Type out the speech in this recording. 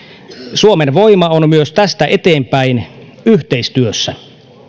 suomen voima on myös tästä eteenpäin yhteistyössä